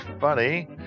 Funny